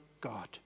God